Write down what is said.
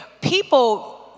people